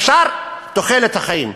אפשר, תוחלת החיים.